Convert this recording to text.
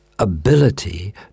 ability